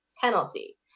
penalty